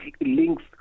links